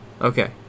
Okay